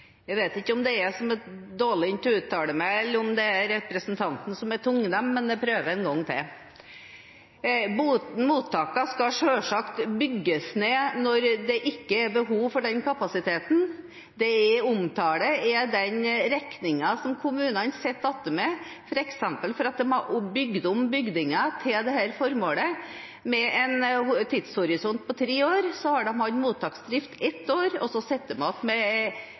Jeg vet ikke om det er jeg som er dårlig til å uttale meg, eller om det er representanten som er tungnem, men jeg prøver en gang til. Mottakene skal selvsagt bygges ned når det ikke er behov for den kapasiteten. Det jeg omtaler, er den regningen som kommunene sitter igjen med, f.eks. fordi de har bygd om bygninger til dette formålet. Med en tidshorisont på tre år har de hatt mottaksdrift i ett år, og så sitter de igjen med